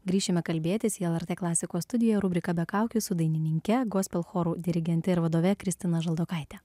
grįšime kalbėtis į lrt klasikos studiją rubrika be kaukių su dainininke gospel chorų dirigente ir vadove kristina žaldokaite